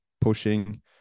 pushing